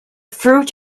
fruit